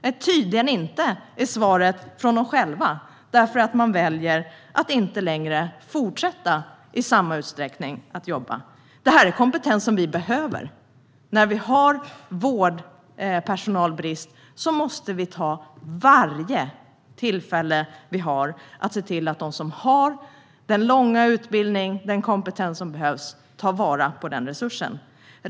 Nej, är tydligen svaret från de äldre själva eftersom de inte längre väljer att fortsätta jobba i samma utsträckning. Det här är kompetens som vi behöver. När vi har vårdpersonalbrist måste vi ta varje tillfälle vi får att ta vara på dem som har den långa utbildning och kompetens som behövs, att ta vara på den resursen.